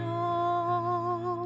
oh